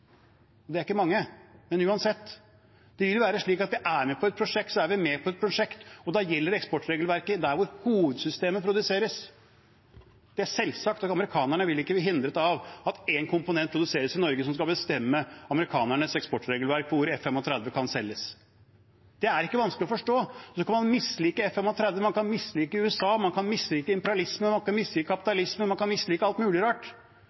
Det er ikke mange, men uansett. Det vil være slik at om vi er med på et prosjekt, er vi med på et prosjekt, og da gjelder eksportregelverket der hvor hovedsystemet produseres. Det er selvsagt at amerikanerne ikke vil bli hindret av at det produseres en komponent i Norge som skal bestemme amerikanernes eksportregelverk for hvor F-35 kan selges. Det er det ikke vanskelig å forstå. Man kan mislike F-35, man kan mislike USA, man kan mislike imperialisme, man kan mislike kapitalisme, man kan mislike alt mulig rart,